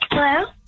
Hello